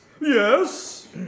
Yes